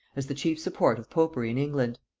as the chief support of popery in england.